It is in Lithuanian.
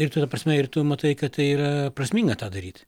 ir ta ta prasme ir tu matai kad tai yra prasminga tą daryt